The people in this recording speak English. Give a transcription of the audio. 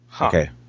Okay